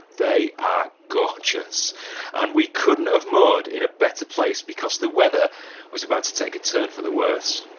they are gorgeous and we couldn't have moored in a better place, because the weather was about to take a turn for the worse.